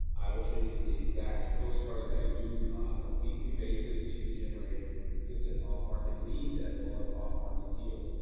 i will show you the exact postcard that i use on a weekly basis to generate consistent off market leads, as well as off market deals.